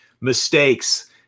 mistakes